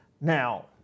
now